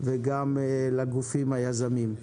וגם לגופים היזמים.